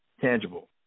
tangible